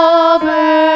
over